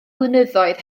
flynyddoedd